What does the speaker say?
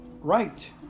right